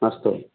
अस्तु